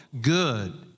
good